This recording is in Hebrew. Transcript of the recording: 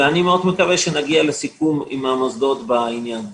אני מאוד מקווה שנגיע לסיכום עם המוסדות בעניין הזה.